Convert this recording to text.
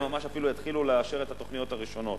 ממש יתחילו לאשר את התוכניות הראשונות.